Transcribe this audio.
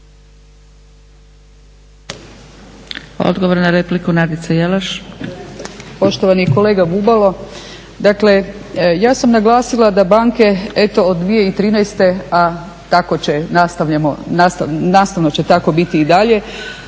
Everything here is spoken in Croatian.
Odgovor na repliku Nadica Jelaš.